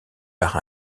par